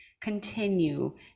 continue